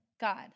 God